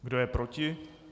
Kdo je proti?